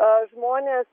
a žmonės